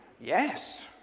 Yes